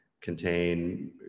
contain